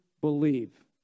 believe